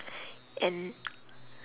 and